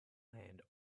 land